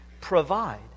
provide